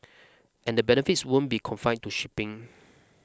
and the benefits wouldn't be confined to shipping